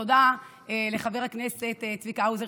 תודה לחבר הכנסת צביקה האוזר,